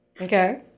Okay